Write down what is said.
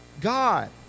God